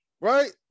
right